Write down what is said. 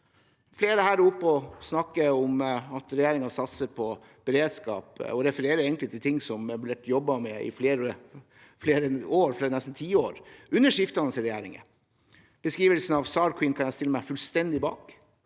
her er oppe og snakker om at regjeringen satser på beredskap, og refererer egentlig til ting som er blitt jobbet med i flere år, nesten tiår, under skiftende regjeringer. Beskrivelsen av SAR Queen kan jeg stille meg fullstendig bak,